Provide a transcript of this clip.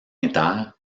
inter